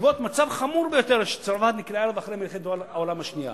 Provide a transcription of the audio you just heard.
בעקבות מצב חמור ביותר שהיא נקלעה אליו אחרי מלחמת העולם השנייה.